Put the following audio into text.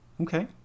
Okay